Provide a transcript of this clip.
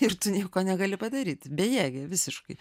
ir tu nieko negali padaryt bejėgė visiškai